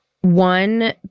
one